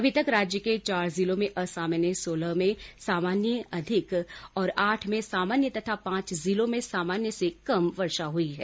अभी तक राज्य के चार जिलों में असामान्य सोलह में सामान्य से अधिक आठ में सामान्य तथा पांच जिलों में सामान्य से कम वर्षा हुई है